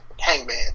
Hangman